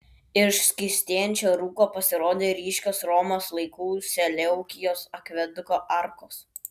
iš skystėjančio rūko pasirodė ryškios romos laikų seleukijos akveduko arkos